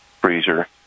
freezer